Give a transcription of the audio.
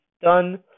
done